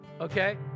Okay